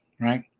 right